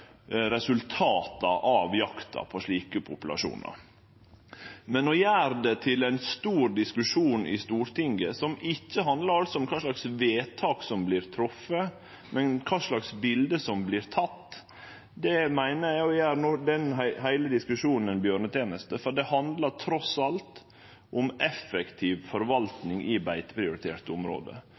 resultata av jakta på slike populasjonar. Men å gjere dette – som ikkje handlar om kva slags vedtak som vert fatta, men om eit bilde som har vorte teke – til ein stor diskusjon i Stortinget, er å gjere heile diskusjonen ei bjørneteneste. Dette handlar trass alt om effektiv forvaltning i beiteprioritert område.